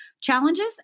challenges